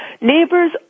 Neighbors